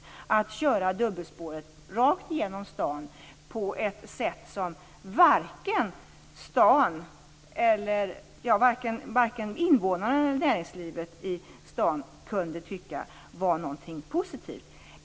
Det gällde då att köra dubbelspåret rakt igenom staden på ett sätt som varken invånarna eller näringslivet i staden kunde tycka var något positivt.